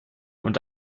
und